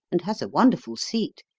and has a wonderful seat.